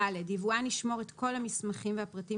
(ד)יבואן ישמור את כל המסמכים והפרטים